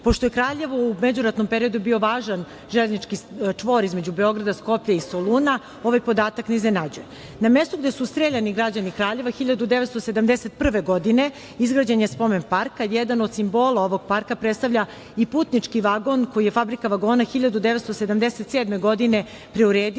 Pošto je Kraljevo u međuratnom periodu bio važan železnički čvor između Beograda, Skoplja i Soluna, ovaj podatak ne iznenađuje. Na mestu gde su streljani građani Kraljeva, 1971. godine izgrađen je spomen park, a jedan od simbola ovog parka predstavlja i putnički vagon koji je Fabrika vagona 1977. godine preuredila